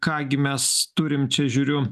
ką gi mes turim čia žiūriu